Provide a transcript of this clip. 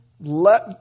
let